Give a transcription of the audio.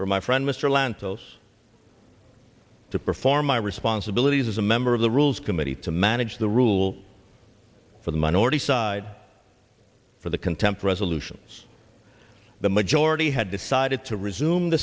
for my friend mr lantos to perform my responsibilities as a member of the rules committee to manage the rule for the minority side for the contempt resolutions the majority had decided to resume